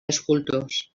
escultors